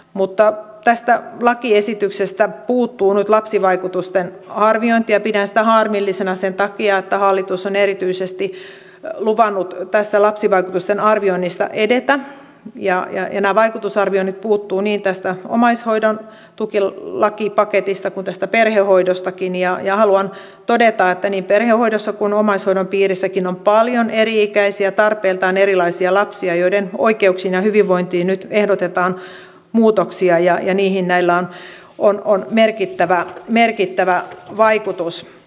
mutta tästä lakiesityksestä puuttuu nyt lapsivaikutusten arviointi ja pidän sitä harmillisena sen takia että hallitus on erityisesti luvannut tässä lapsivaikutusten arvioinnissa edetä ja nämä vaikutusarvioinnit puuttuvat niin tästä omaishoidon tuki lakipaketista kuin tästä perhehoidostakin ja haluan todeta että niin perhehoidossa kuin omaishoidon piirissäkin on paljon eri ikäisiä tarpeiltaan erilaisia lapsia joiden oikeuksiin ja hyvinvointiin nyt ehdotetaan muutoksia ja niihin näillä on merkittävä vaikutus